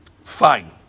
Fine